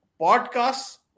podcasts